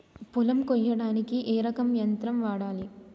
పొలం కొయ్యడానికి ఏ రకం యంత్రం వాడాలి?